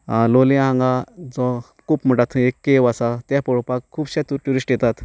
लोलयां हांगा जो कूप म्हणटात तो एक केव्ह आसा तें पळोवपाक खुबशे ट्युरिस्ट येतात